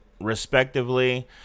respectively